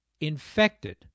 infected